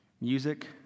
music